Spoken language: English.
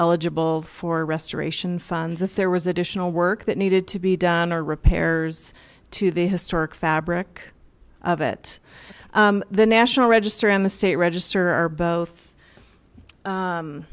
eligible for restoration funds if there was additional work that needed to be done or repairs to the historic fabric of it the national register and the state register are both